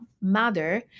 mother